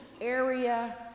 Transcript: area